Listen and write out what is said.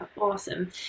awesome